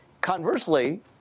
Conversely